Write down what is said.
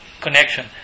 connection